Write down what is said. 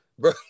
Bro